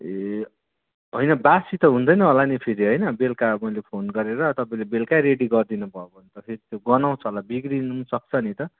ए होइन बासी त हुँदैन होला नि फेरि होइन बेलुका मैले फोन गरेर तपाईँले बेलुकै रेडी गर्दिनु भ भन्त फेरि त्यो गनाउँछ होला बिग्रिनु पनि सक्छ नि त